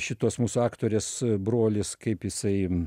šitos mūsų aktorės brolis kaip jisai